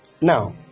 Now